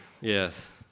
Yes